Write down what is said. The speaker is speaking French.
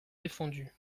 défendus